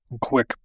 quick